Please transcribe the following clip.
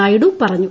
നായിഡു പറഞ്ഞു